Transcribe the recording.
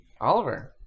Oliver